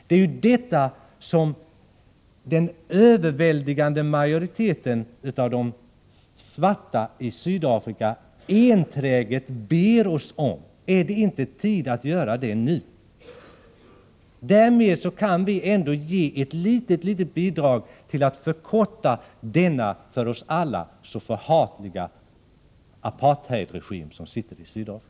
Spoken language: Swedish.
Det är ju detta som den överväldigande majoriteten av de svarta i Sydafrika enträget ber oss om. Är det inte tid att ställa det kravet nu? Därmed kan vi ändå ge ett litet litet bidrag till att förkorta tiden för denna för oss alla så förhatliga apartheidregimen i Sydafrika.